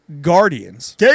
Guardians